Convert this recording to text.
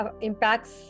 impacts